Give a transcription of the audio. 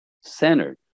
centered